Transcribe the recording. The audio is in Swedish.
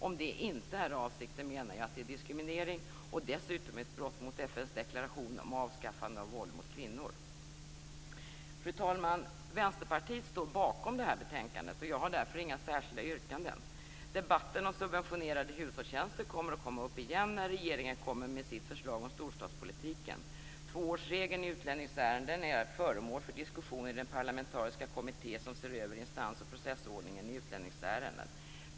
Om det inte är avsikten menar jag att det är diskriminering och dessutom ett brott mot FN:s deklaration om avskaffande av våld mot kvinnor. Fru talman! Vänsterpartiet står bakom betänkandet, och jag har därför inga särskilda yrkanden. Debatten om subventionerade hushållstjänster kommer att tas upp igen när regeringen kommer med sitt förslag om storstadspolitiken. Tvåårsregeln i utlänningsärenden är föremål för diskussion i den parlamentariska kommitté som ser över instans och processordningen i utlänningsärenden.